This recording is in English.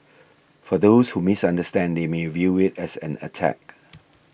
for those who misunderstand they may view it as an attack